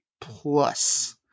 plus